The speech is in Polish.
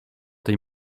tej